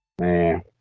man